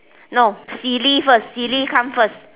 no silly first silly come first